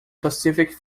pacific